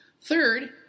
third